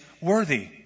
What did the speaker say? worthy